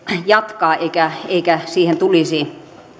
jatkaa eikä siihen tulisi